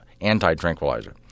anti-tranquilizer